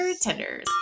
tenders